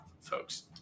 folks